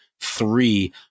three